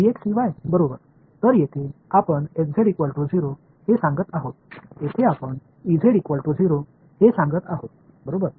तर येथे आपण हे सांगत आहोत येथे आपण हे सांगत आहोत बरोबर